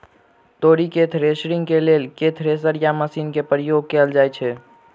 तोरी केँ थ्रेसरिंग केँ लेल केँ थ्रेसर या मशीन केँ प्रयोग कैल जाएँ छैय?